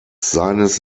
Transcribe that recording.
seines